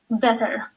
better